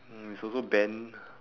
hmm it's also bent